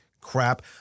crap